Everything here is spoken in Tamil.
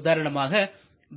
உதாரணமாக